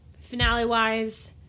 Finale-wise